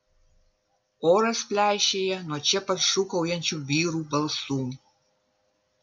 oras pleišėja nuo čia pat šūkaujančių vyrų balsų